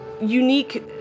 unique